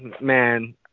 man